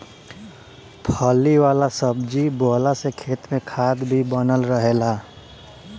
फली वाला सब्जी बोअला से खेत में खाद भी बनल रहेला